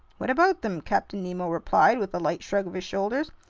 what about them? captain nemo replied, with a light shrug of his shoulders.